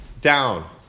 down